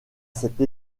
cette